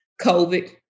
COVID